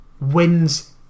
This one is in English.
wins